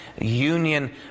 union